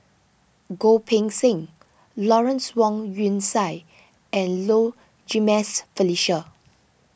Goh Poh Seng Lawrence Wong Shyun Tsai and Low Jimenez Felicia